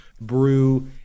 brew